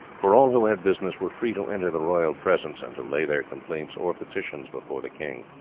for all who had business were free to enter the royal presence and to lay their complaints or petitions before the king.